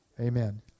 Amen